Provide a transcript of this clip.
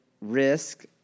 risk